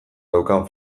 daukan